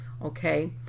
okay